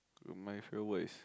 my favourite word is